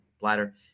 bladder